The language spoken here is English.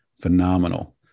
phenomenal